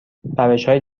روشهای